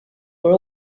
were